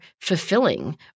fulfilling